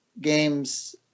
games